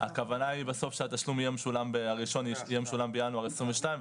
הכוונה היא בסוף שהתשלום הראשון יהיה משולם בינואר 2022,